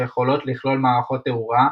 שיכולים לכלול מערכות תאורה,